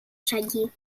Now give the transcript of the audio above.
шаги